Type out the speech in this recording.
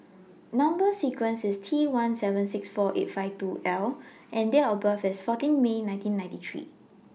Number sequence IS T one seven six four eight five two L and Date of birth IS fourteen May nineteen ninety three